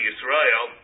Israel